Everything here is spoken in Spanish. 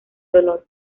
dolor